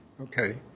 Okay